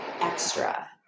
extra